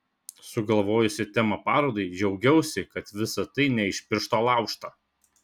sugalvojusi temą parodai džiaugiausi kad visa tai ne iš piršto laužta